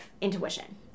intuition